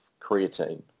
creatine